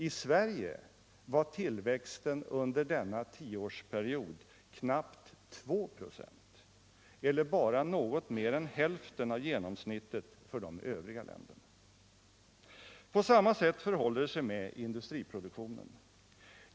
I Sverige var tillväxten under denna tioårsperiod knappt 2,0 "a, eller bara något mer än hälften av genomsnittet för de övriga länderna. På samma sätt förhåller det sig med industriproduktionen.